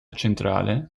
centrale